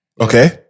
Okay